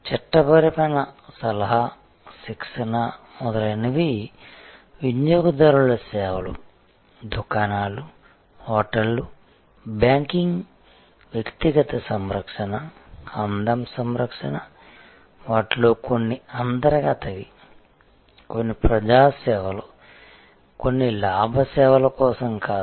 చట్టపరమైన సలహా శిక్షణ మొదలైనవి వినియోగదారుల సేవలు దుకాణాలు హోటళ్లు బ్యాంకింగ్ వ్యక్తిగత సంరక్షణ అందం సంరక్షణ వాటిలో కొన్ని అంతర్గతవి కొన్ని ప్రజా సేవలు కొన్ని లాభ సేవల కోసం కాదు